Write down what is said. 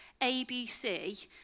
ABC